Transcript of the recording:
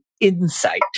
insight